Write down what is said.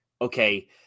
okay